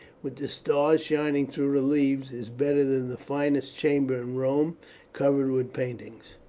with the stars shining through the leaves, is better than the finest chamber in rome covered with paintings.